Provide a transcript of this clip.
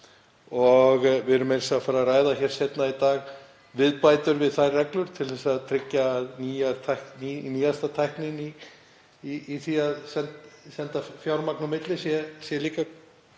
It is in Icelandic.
að segja að fara að ræða hér seinna í dag viðbætur við þær reglur til að tryggja að nýjasta tæknin í því að senda fjármagn á milli sé líka